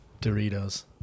Doritos